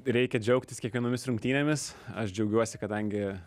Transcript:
reikia džiaugtis kiekvienomis rungtynėmis aš džiaugiuosi kadangi